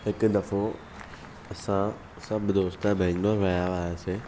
हिकु दफ़ो असां सभु दोस्त बैंगलोर विया हुआसीं